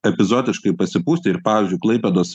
epizodiškai pasipūsti ir pavyzdžiui klaipėdos